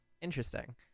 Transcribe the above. interesting